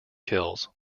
kills